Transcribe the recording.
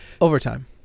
Overtime